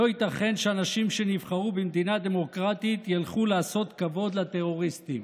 לא ייתכן שאנשים שנבחרו במדינה דמוקרטית ילכו לעשות כבוד לטרוריסטים".